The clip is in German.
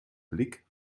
blick